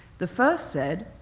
the first said,